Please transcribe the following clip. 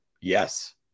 yes